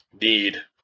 need